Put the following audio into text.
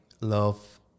love